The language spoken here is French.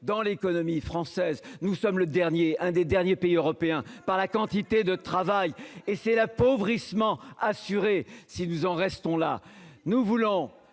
dans l'économie française. Nous sommes le dernier un des derniers pays européens par la quantité de travail et c'est l'appauvrissement assuré si nous en restons là nous voulons